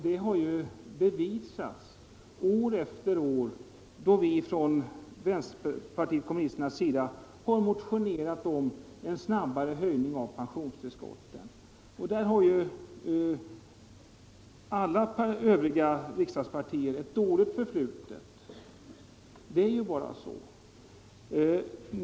Det har ju bevisats år efter år då vi från vänsterpartiet kommunisternas sida har motionerat om en snabbare höjning av pensionstillskotten. Där har alla övriga riksdagspartier ett dåligt förflutet. Det bara är så.